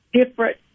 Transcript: different